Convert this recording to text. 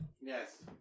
Yes